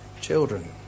children